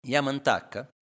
Yamantaka